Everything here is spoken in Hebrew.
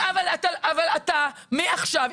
אבל אתה מעכשיו,